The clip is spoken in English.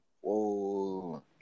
Whoa